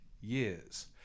years